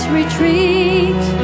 retreat